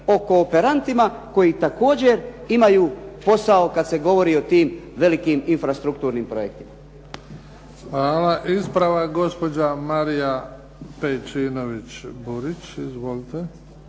o kooperantima koji također imaju posao kada se govori o tim velikim infrastrukturnim projektima. **Bebić, Luka (HDZ)** Hvala. Ispravak gospođa Marija Pejčinović Burić.